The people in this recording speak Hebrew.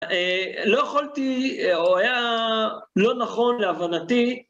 לא יכולתי, או היה לא נכון להבנתי.